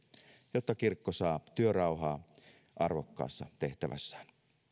jotta kirkko saa työrauhaa arvokkaassa tehtävässään